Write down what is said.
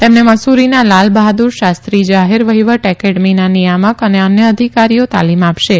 તેમને મસુરીના લાલ બહાદુર શાસ્ત્રી જાહેર વહીવટ એકેડેમીના નિથામક અને અન્ય અધિકારીઓ તાલીમ આપ્ત શે